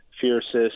fiercest